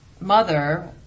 mother